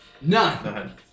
None